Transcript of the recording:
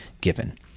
given